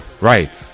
right